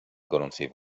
gorącej